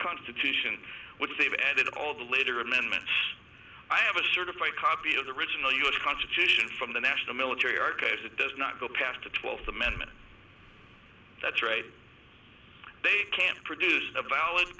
constitution which they've added all the later amendments i have a certified copy of the original us constitution from the national military archives it does not go past the twelfth amendment that trade they can't produce a valid